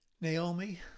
Naomi